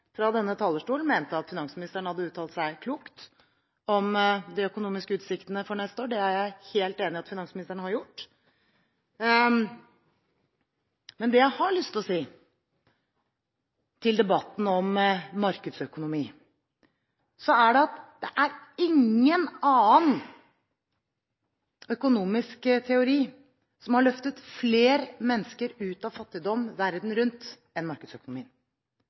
fra denne talerstolen mente at finansministeren hadde uttalt seg klokt om de økonomiske utsiktene for neste år. Det er jeg helt enig i at finansministeren har gjort! Men det jeg har lyst til å si til debatten om markedsøkonomi, er at det er ingen annen økonomisk teori som har løftet flere mennesker ut av fattigdom verden rundt enn markedsøkonomien